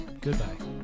Goodbye